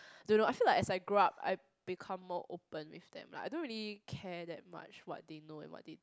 do you know I feel like as I grew up I become more open with them like I don't really care that much what they know and what they